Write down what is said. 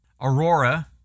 Aurora